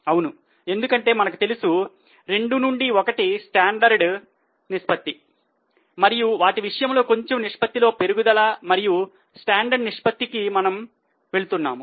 అవును ఎందుకంటే మనకు తెలుసు 2 నుండి 1 స్టాండర్డ్ నిష్పత్తి మరియు వాటి విషయంలో కొంచము నిష్పత్తిలో పెరుగుదల మరియు స్టాండర్డ్ నిష్పత్తికి మనము వెళుతున్నాము